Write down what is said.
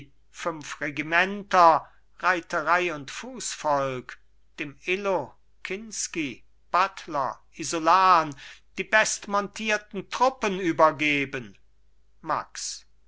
fünf regimenter reiterei und fußvolk dem illo kinsky buttler isolan die bestmontierten truppen übergeben max